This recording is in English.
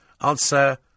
Answer